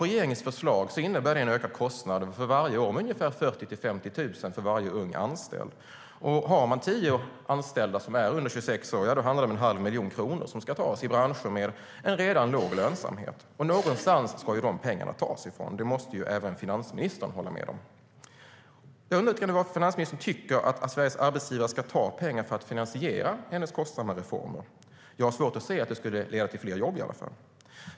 Regeringens förslag innebär en ökad kostnad med ungefär 40 000-50 000 för varje ung anställd för varje år. Har man tio anställda som är under 26 år handlar det alltså om en halv miljon kronor som ska tas - i branscher med en redan låg lönsamhet. Någonstans ifrån ska ju de pengarna tas; det måste även finansministern hålla med om. Jag undrar lite grann varifrån finansministern tycker att Sveriges arbetsgivare ska ta pengar för att finansiera hennes kostsamma reformer. Jag har i alla fall svårt att se att det skulle leda till fler jobb.